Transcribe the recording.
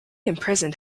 imprisoned